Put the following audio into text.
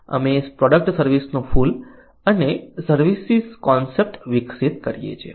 અમે પ્રોડક્ટ સર્વિસનું ફૂલ અને સર્વિસીસ કોન્સેપ્ટ વિકસિત કરીએ છીએ